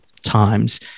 times